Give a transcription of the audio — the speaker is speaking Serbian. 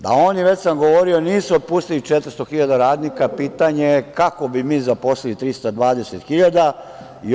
Da oni, već sam govorio, nisu otpustili 400 hiljada radnika, pitanje je kako bi mi zaposlili 320 hiljada.